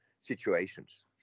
situations